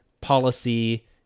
policy